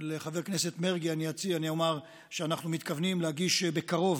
לחבר הכנסת מרגי אני אומר שאנחנו מתכוונים להגיש בקרוב,